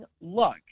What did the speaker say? luck